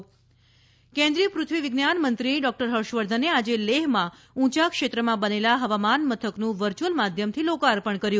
વિજ્ઞાનમંત્રી હર્ષવર્ધન કેન્દ્રિય પૃથ્વી વિજ્ઞાનમંત્રી ડોક્ટર હર્ષવર્ધને આજે લેહમાં ઉંચા ક્ષેત્રમાં બનેલા હવામાન મથકનું વર્ચ્યુઅલ માધ્યમથી લોકાર્પણ કર્યું